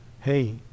hey